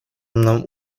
mną